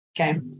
Okay